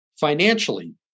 financially